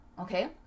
okay